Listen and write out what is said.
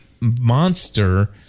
monster